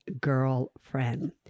girlfriend